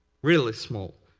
really small.